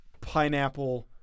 pineapple